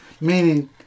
meaning